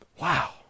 Wow